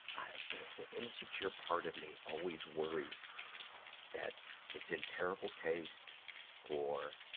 i, ah the, the insecure part of me always worries that it's in terrible taste or,